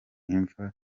imva